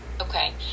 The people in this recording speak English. Okay